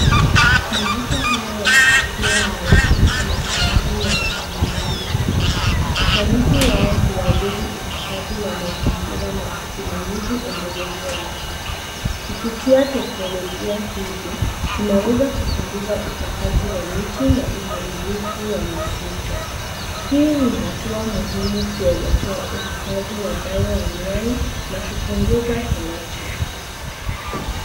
Majiko haya ya kupikia yanawakilisha matumizi ya rasilimali asili. Ufanisi wao huadhiri uhifadhi wa mazingira na usimamizi endelezi wa nishati. Kupitia teknolojia hizi, tunaweza kupunguza ukataji wa miti na uharibifu wa misitu. Hii ni hatua muhimu kuelekea uhifadhi wa bayoanuai na kupunguza hewa chafu.